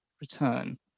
return